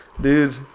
dude